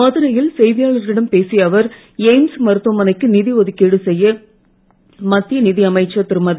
மதுரை யில் செய்தியாளர்களிடம் பேசிய அவர் எய்ம்ஸ் மருத்துவமனைக்கு நிதி ஒதுக்கீடு செய்ய மத்திய நிதி அமைச்சர் திருமதி